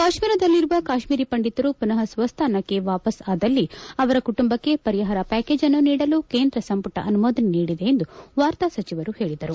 ಕಾಶ್ಮೀರದಲ್ಲಿರುವ ಕಾಶ್ಮೀರಿ ಪಂಡಿತರು ಪುನಃ ಸ್ವಸ್ಥಾನಕ್ಕೆ ವಾಪಾಸ್ ಆದಲ್ಲಿ ಅವರ ಕುಟುಂಬಕ್ಕೆ ಪರಿಹಾರ ಪ್ಯಾಕೇಜ್ ಅನ್ನು ನೀಡಲು ಕೇಂದ್ರ ಸಂಪುಟ ಅನುಮೋದನೆ ನೀಡಿದೆ ಎಂದು ವಾರ್ತಾ ಸಚಿವರು ಹೇಳಿದರು